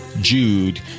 Jude